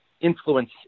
influence